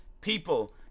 people